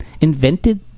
invented